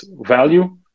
value